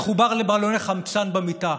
מחובר לבלוני חמצן במיטה,